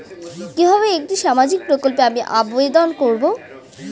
কিভাবে একটি সামাজিক প্রকল্পে আমি আবেদন করব?